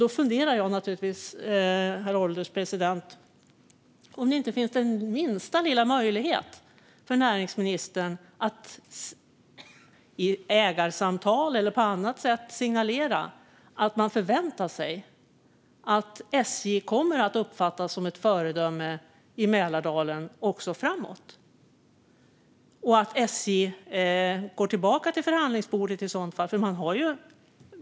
Då funderar jag naturligtvis på om det inte finns den minsta lilla möjlighet för näringsministern att i ägarsamtal eller på annat sätt signalera att man förväntar sig att SJ kommer att uppfattas som ett föredöme i Mälardalen också framåt och att SJ går tillbaka till förhandlingsbordet i så fall.